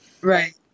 Right